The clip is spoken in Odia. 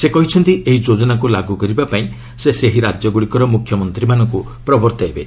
ସେ କହିଛନ୍ତି ଏହି ଯୋଜନାକୁ ଲାଗୁ କରିବାପାଇଁ ସେ ସେହି ରାଜ୍ୟଗ୍ରଡ଼ିକର ମୁଖ୍ୟମନ୍ତ୍ରୀମାନଙ୍କୁ ପ୍ରବର୍ତ୍ତାଇବେ